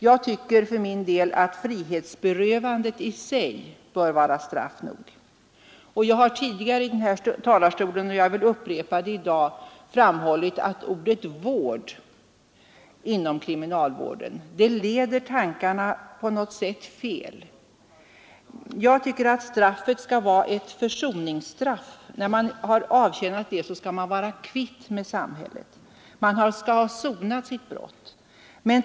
Jag tycker för min del att frihetsberövandet i sig bör vara straff nog. Jag har tidigare från kammarens talarstol framhållit — och jag vill upprepa det i dag — att ordet vård som i t.ex. kriminalvård leder tankarna fel på något sätt. Jag tycker att straffet skall vara ett försoningsstraff. När man har avtjänat det skall man vara kvitt med samhället. Man skall ha sonat sitt brott.